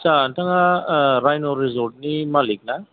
आस्सा नोंथाङा रायन' रिजर्टनि मालिक ना